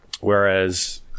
Whereas